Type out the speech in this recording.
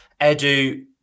Edu